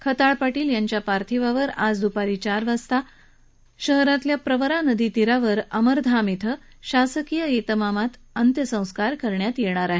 खताळ पाटील यांच्या पार्थिवावर आज दुपारी चार वाजता शहरातील प्रवरा नदी तीरावर अमरधाममध्ये शासकीय इतमामात अंत्यसंस्कार करण्यात येणार आहे